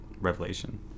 revelation